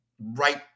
right